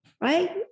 Right